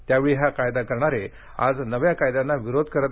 त्यावेळी हा कायदा करणारे आज नव्या कायद्यांना विरोध करीत आहेत